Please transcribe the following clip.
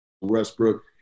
westbrook